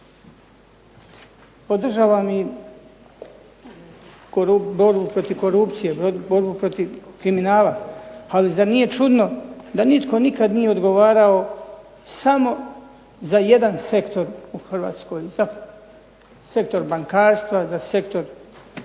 Podržavam i borbu protiv korupcije, borbu protiv kriminala, ali zar nije čudno da nitko nikada nije odgovarao samo za jedan sektor u Hrvatskoj, za sektor bankarstva, za sektor